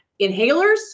inhalers